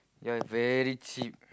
ya very cheap